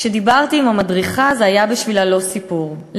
כשדיברתי עם המדריכה זה היה בשבילה לא סיפור,